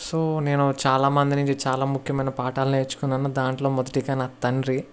so నేను చాలామంది నుంచి చాలా ముఖ్యమైన పాఠాలు నేర్చుకున్నాను దాంట్లో మొదటిగా నా తండ్రి